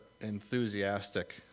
enthusiastic